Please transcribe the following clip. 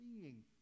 seeing